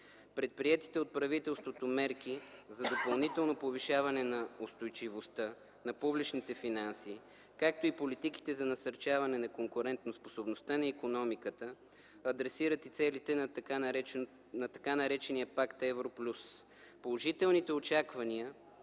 Предприетите от правителството мерки за допълнително повишаване на устойчивостта на публичните финанси, както и политиките за насърчаване на конкурентоспособността на икономиката адресират целите на така наречения Пакт „Евро плюс”. Положителните очаквания